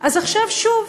אז עכשיו שוב